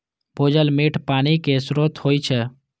भूजल मीठ पानिक स्रोत होइ छै